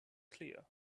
clear